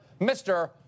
mr